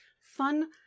fun